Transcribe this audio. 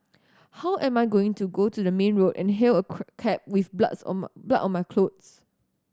how am I going to go to the main road and hail a cab with bloods on my blood on my clothes